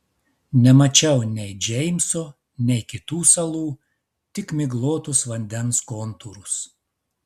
nemačiau nei džeimso nei kitų salų tik miglotus vandens kontūrus